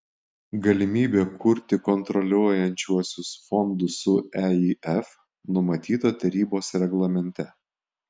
galimybė kurti kontroliuojančiuosius fondus su eif numatyta tarybos reglamente